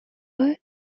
there